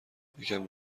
یکم